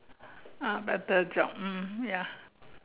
ah better job mm ya